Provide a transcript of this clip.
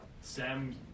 Sam